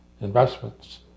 investments